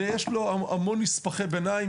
יש לו המון נספחי ביניים.